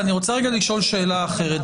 אני רוצה רגע לשאול שאלה אחרת.